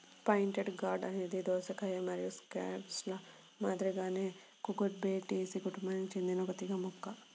pointed gourd అనేది దోసకాయ మరియు స్క్వాష్ల మాదిరిగానే కుకుర్బిటేసి కుటుంబానికి చెందిన ఒక తీగ మొక్క